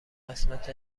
قسمت